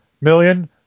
million